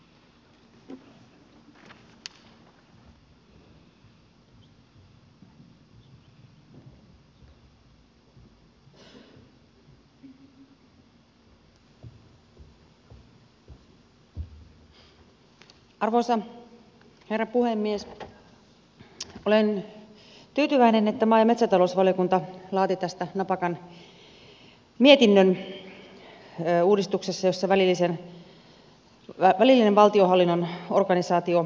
olen tyytyväinen että maa ja metsätalousvaliokunta laati napakan mietinnön uudistuksessa jossa välillinen valtiohallinnon organisaatio uudistetaan